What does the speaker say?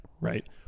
right